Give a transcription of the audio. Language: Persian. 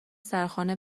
سرخانه